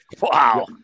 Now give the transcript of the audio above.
Wow